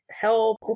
help